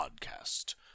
podcast